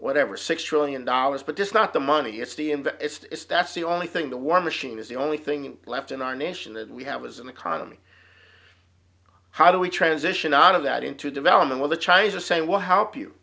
whatever six trillion dollars but just not the money it's the and it's that's the only thing the war machine is the only thing left in our nation that we have as an economy how do we transition out of that into development where the chinese are saying well h